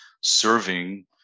serving